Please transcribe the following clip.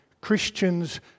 Christians